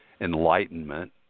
Enlightenment